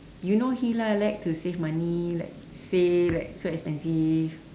you know he lah like to save money like say like so expensive